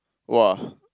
!wah!